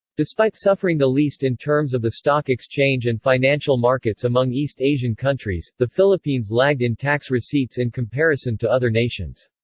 despite suffering the least in terms of the stock exchange and financial markets markets among east asian countries, the philippines lagged in tax receipts in comparison to other nations.